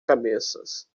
cabeças